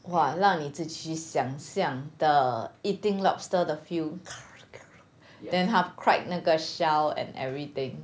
!wah! 让你自己去想象 the eating lobster the feel then 他 pried 那个 shell and everything